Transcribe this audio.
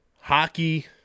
Hockey